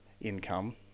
income